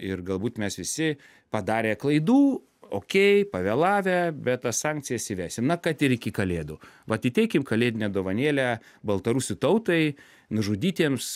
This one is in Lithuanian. ir galbūt mes visi padarę klaidų okei pavėlavę bet tas sankcijas įvesim na kad ir iki kalėdų vat įteikim kalėdinę dovanėlę baltarusių tautai nužudytiems